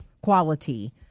quality